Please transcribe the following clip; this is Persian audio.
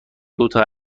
دوتا